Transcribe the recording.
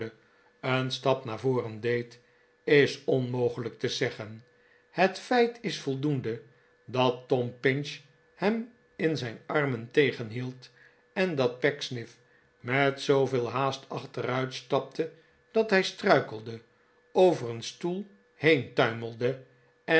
een stap naar voren deed is onmogelijk te zeggen het feit is voldoende dat tom pinch hem in zijn armen tegenhield en dat pecksniff met zooveel haast achteruit stapte dat hij struikelde over een stoel heen tuimelde en